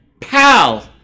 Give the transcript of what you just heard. pal